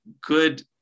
good